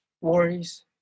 worries